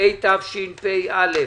פה אחד סעיף 5 אושר.